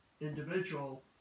individual